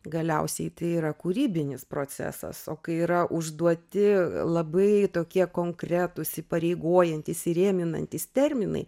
galiausiai tai yra kūrybinis procesas o kai yra užduoti labai tokie konkretūs įpareigojantys įrėminantys terminai